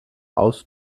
aus